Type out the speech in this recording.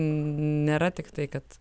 nėra tiktai kad